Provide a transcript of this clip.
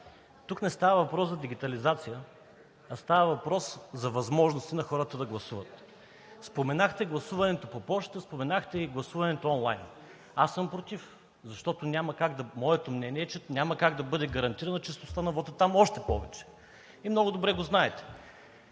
тук не става въпрос за дигитализация, а става въпрос за възможности на хората да гласуват. Споменахте гласуването по пощата, споменахте и гласуването онлайн. Аз съм против, защото няма как моето мнение да бъде гарантирано, а честността на вота там – още повече, и Вие много добре го знаете.